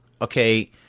okay –